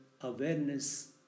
awareness